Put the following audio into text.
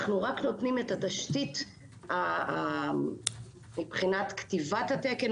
אנחנו רק נותנים את התשתית מבחינת כתיבת התקן,